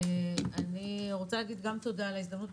אני רוצה להגיד גם תודה על ההזדמנות.